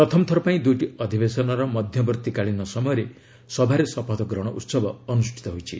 ପ୍ରଥମ ଥର ପାଇଁ ଦୁଇଟି ଅଧିବେଶନର ମଧ୍ୟବର୍ତ୍ତୀ କାଳୀନ ସମୟରେ ସଭାରେ ଶପଥ ଗ୍ରହଣ ଉତ୍ସବ ଅନୁଷ୍ଠିତ ହୋଇଛି